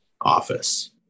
office